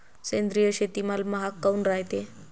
सेंद्रिय शेतीमाल महाग काऊन रायते?